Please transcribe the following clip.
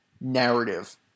narrative